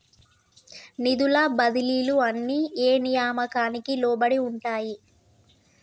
నిధుల బదిలీలు అన్ని ఏ నియామకానికి లోబడి ఉంటాయి?